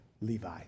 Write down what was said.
Levi